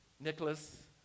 Nicholas